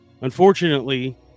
Unfortunately